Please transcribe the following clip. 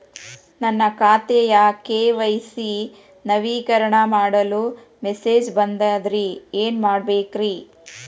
ನನ್ನ ಖಾತೆಯ ಕೆ.ವೈ.ಸಿ ನವೇಕರಣ ಮಾಡಲು ಮೆಸೇಜ್ ಬಂದದ್ರಿ ಏನ್ ಮಾಡ್ಬೇಕ್ರಿ?